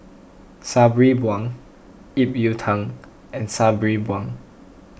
Sabri Buang Ip Yiu Tung and Sabri Buang